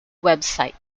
website